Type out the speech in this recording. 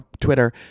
Twitter